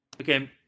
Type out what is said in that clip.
Okay